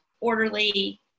orderly